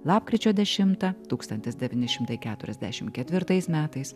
lapkričio dešimtą tūkstantis devyni šimtai keturiasdešim ketvirtais metais